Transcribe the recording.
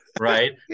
right